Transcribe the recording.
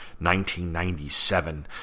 1997